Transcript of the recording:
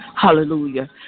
Hallelujah